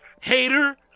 hater